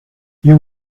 you